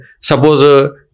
suppose